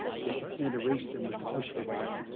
because you can't erase them with the push of a but